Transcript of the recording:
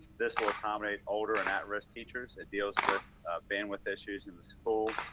this will accommodate older and at risk teachers, it deals with bandwidth issues in the school.